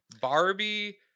Barbie